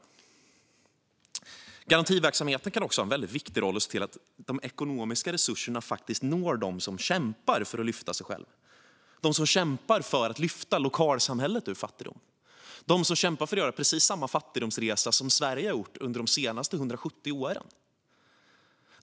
Garantiverksamheten kan också ha en viktig roll för att se till att de ekonomiska resurserna når dem som kämpar för att lyfta sig själva, dem som kämpar för att lyfta lokalsamhället ur fattigdom, dem som kämpar för att göra precis samma fattigdomsresa som Sverige har gjort under de senaste 170 åren.